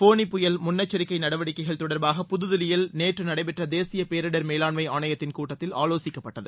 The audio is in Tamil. ஃபோனி புயல் முன்னெச்சரிக்கை நடவடிக்கைள் தொடர்பாக புதுதில்லியில் நேற்று நடைபெற்ற தேசிய பேரிடர் மேலாண்மை ஆணையத்தின் கூட்டத்தில் ஆலோசிக்கப்பட்டது